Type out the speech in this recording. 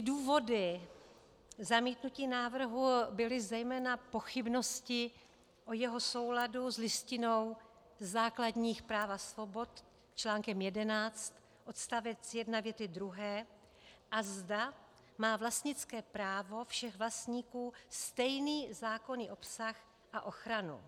Důvody pro zamítnutí návrhu byly zejména pochybnosti o jeho souladu s Listinou základních práv a svobod, článkem 11 odst. 1 věty druhé, a zda má vlastnické právo všech vlastníků stejný zákonný obsah a ochranu.